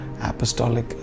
Apostolic